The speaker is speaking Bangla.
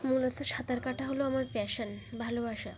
মূলত সাঁতার কাটা হলো আমার প্যাশন ভালোবাসা